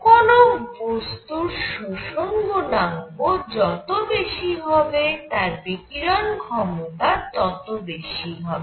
কোন বস্তুর শোষণ গুণাঙ্ক যত বেশি হবে তার বিকিরণ ক্ষমতা তত বেশি হবে